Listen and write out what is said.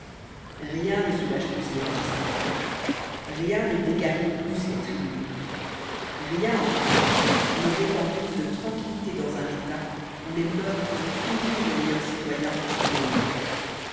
rien ne soulage plus les magistrats rien ne dégarnit plus les tribunaux rien enfin ne répand plus de tranquillité dans un état où les mœurs font toujours de meilleurs citoyens que les lois